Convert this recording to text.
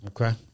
okay